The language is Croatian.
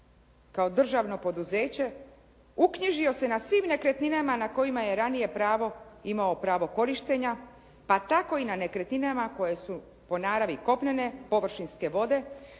kao državno poduzeće uknjižio se na svim nekretninama na kojima je ranije imao pravo korištenja pa tako i na nekretninama koje su po naravi kopnene površinske vode